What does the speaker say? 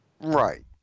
Right